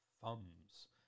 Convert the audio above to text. thumbs